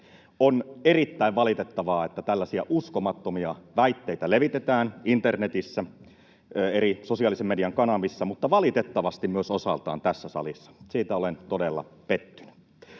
On erittäin valitettavaa, että tällaisia uskomattomia väitteitä levitetään internetissä eri sosiaalisen median kanavissa mutta valitettavasti myös osaltaan tässä salissa — siitä olen todella pettynyt.